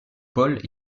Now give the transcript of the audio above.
paul